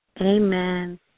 Amen